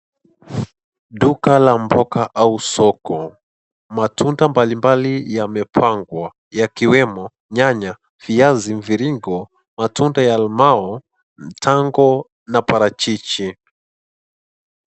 Duka la mboga au soko, matunda mbali mbali yamepangua, yakiwemo nyanya, viazi mviringo, matunda ya almao, mtango na parachichi.